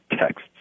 texts